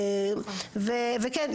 וכן,